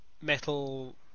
metal